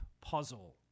puzzle